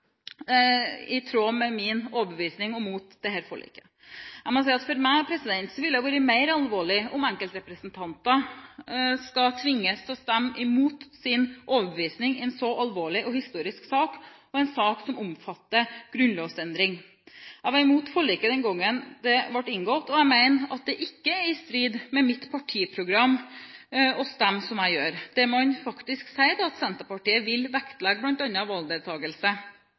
meg vil det være mer alvorlig om enkeltrepresentanter skal tvinges til å stemme imot sin overbevisning i en så alvorlig og historisk sak, en sak som omfatter en grunnlovsendring. Jeg var imot forliket den gang det ble inngått, og jeg mener at det ikke er i strid med vårt partiprogram å stemme som jeg gjør. Der sier man faktisk at Senterpartiet vil vektlegge bl.a. valgdeltakelse